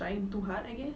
trying too hard I guess